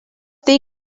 dir